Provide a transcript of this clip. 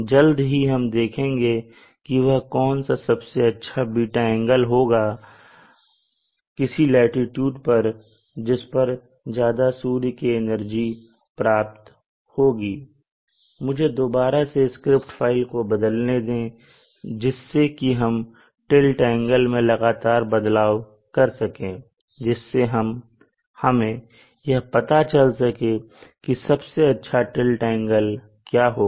जल्द ही हम देखेंगे की वह कौन सा सबसे अच्छा ß एंगल होगा किसी लाटीट्यूड पर जिस पर ज्यादा एनर्जी सूर्य से प्राप्त होगी मुझे दोबारा से स्क्रिप्ट फाइल को बदलने दे जिससे कि हम टिल्ट एंगल में लगातार बदलाव कर सकें जिससे हमें यह पता चल सके की सबसे अच्छा टिल्ट एंगल क्या होगा